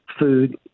food